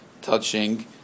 touching